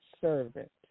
servant